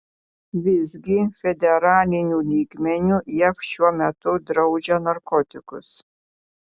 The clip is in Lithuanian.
visgi federaliniu lygmeniu jav šiuo metu draudžia narkotikus